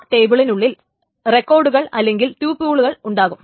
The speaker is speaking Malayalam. ആ ടേബിളിനുള്ളിൽ റെക്കോഡുകൾ അല്ലെങ്കിൽ ട്യൂപിൾസ് ഉണ്ടാകും